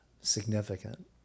significant